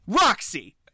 Roxy